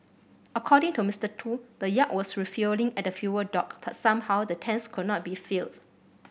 according to Mister Tu the yacht was refuelling at the fuel dock but somehow the tanks could not be filled